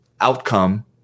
outcome